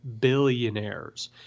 Billionaires